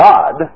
God